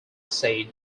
said